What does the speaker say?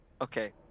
Okay